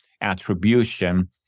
attribution